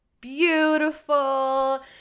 beautiful